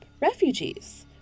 refugees